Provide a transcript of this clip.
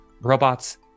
robots